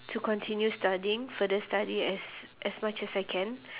to continue studying for the study as as much I can